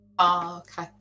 okay